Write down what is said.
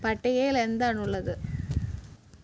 പട്ടികയിൽ എന്താണുള്ളത്